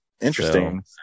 Interesting